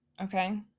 Okay